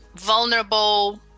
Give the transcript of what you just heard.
vulnerable